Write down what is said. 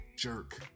Jerk